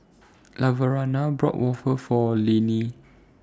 Laverna bought Waffle For Laney